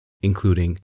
including